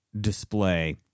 display